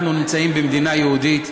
אנחנו נמצאים במדינה יהודית.